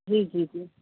जी जी जी